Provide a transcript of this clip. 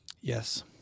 yes